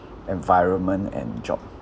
environment and job